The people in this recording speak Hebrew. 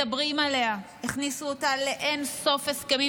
מדברים עליה, הכניסו אותה לאין-סוף הסכמים